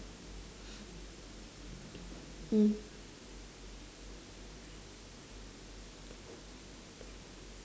mm